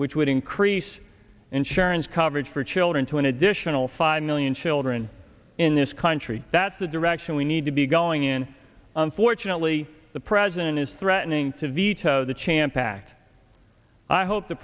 which would increase insurance coverage for children to an additional five million children in this country that's the direction we need to be going in unfortunately the president is threatening to veto the champ back i hope the